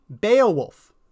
Beowulf